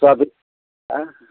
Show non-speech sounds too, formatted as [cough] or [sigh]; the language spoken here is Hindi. अभी [unintelligible]